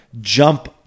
jump